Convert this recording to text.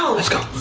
so let's go.